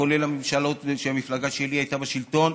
כולל הממשלות כשהמפלגה שלי הייתה בשלטון,